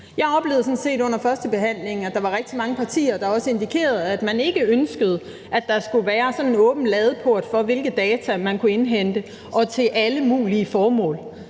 Jeg oplevede sådan set under førstebehandlingen, at der var rigtig mange partier, der er også indikerede, at man ikke ønskede, at der skulle være sådan en åben ladeport for, hvilke data man kunne indhente og til alle mulige formål.